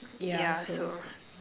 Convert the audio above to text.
yeah so